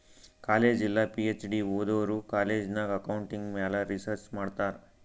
college ಇಲ್ಲ PhD ಓದೋರು college ನಾಗ್ ಅಕೌಂಟಿಂಗ್ ಮ್ಯಾಲ ರಿಸರ್ಚ್ ಮಾಡ್ತಾರ್